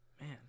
man